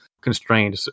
constrained